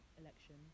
election